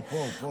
פה, פה.